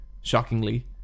shockingly